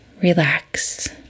relax